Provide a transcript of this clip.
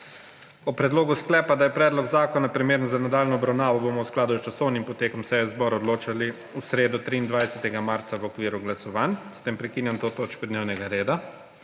O predlogu sklepa, da je predlog zakona primeren za nadaljnjo obravnavo, bomo v skladu s časovnim potekom seje zbora odločali v sredo, 23. marca, v okviru glasovanj. S tem prekinjam to točko dnevnega reda.